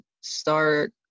start –